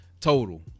total